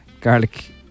garlic